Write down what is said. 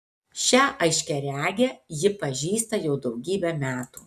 šią aiškiaregę ji pažįsta jau daugybę metų